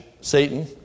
Satan